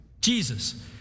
Jesus